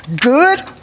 good